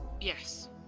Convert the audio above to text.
Yes